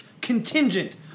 contingent